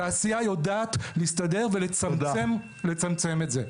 התעשייה יודעת להסתדר ולצמצם את זה.